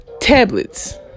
tablets